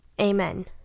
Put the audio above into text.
Amen